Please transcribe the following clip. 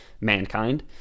mankind